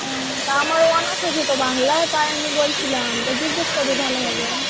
ও তা আমারও অনার্স আছে তো বাংলা তাই আমি বলছিলাম তো জিজ্ঞেস করবি ভালোভাবে